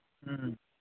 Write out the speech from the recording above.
ꯎꯝ